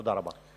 תודה רבה.